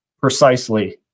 Precisely